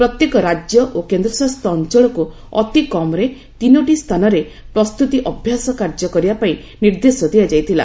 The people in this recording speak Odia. ପ୍ରତ୍ୟେକ ରାଜ୍ୟ ଓ କେନ୍ଦ୍ରଶାସିତ ଅଞ୍ଚଳକୁ ଅତି କମ୍ରେ ତିନୋଟି ସ୍ଥାନରେ ପ୍ରସ୍ତୁତି ଅଭ୍ୟାସ କାର୍ଯ୍ୟ କରିବା ପାଇଁ ନିର୍ଦ୍ଦେଶ ଦିଆଯାଇଥିଲା